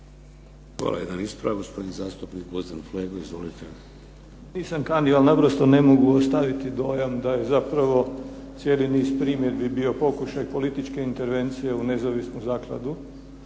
Hvala. Jedan ispravak, gospodin zastupnik Gvozden Flego. Izvolite. **Flego, Gvozden Srećko (SDP)** Nisam kanio, ali naprosto ne mogu ostaviti dojam da je zapravo cijeli niz primjedbi bio pokušaj političke intervencije u nezavisnu zakladu